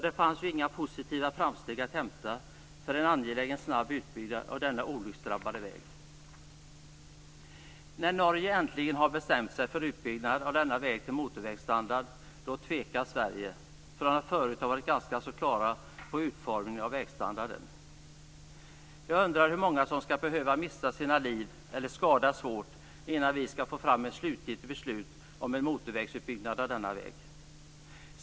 Då gavs inga positiva uppgifter om en snabb utbyggnad av denna olycksdrabbade väg. När Norge äntligen har bestämt sig för utbyggnad av denna väg till motorvägsstandard tvekar man i Sverige, där vi förut har varit ganska klara över utformningen av vår vägstandard. Jag undrar hur många som skall behöva mista sina liv eller skadas svårt innan vi får fram ett slutgiltigt beslut om en utbyggnad av denna väg till motorväg.